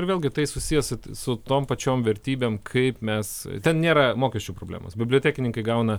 ir vėlgi tai susiję su su tom pačiom vertybėm kaip mes ten nėra mokesčių problemos bibliotekininkai gauna